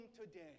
today